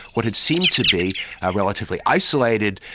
what had seemed to be a relatively isolated,